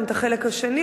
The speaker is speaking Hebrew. גם את החלק השני,